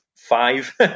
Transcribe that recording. five